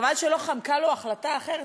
חבל שלא חמקה לו החלטה אחרת,